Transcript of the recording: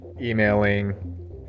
emailing